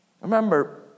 remember